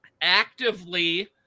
actively –